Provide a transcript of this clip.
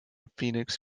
phoenix